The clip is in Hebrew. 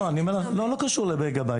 לא, זה לא קשור למגה-בייט.